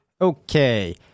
Okay